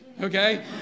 okay